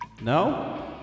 No